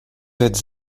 êtes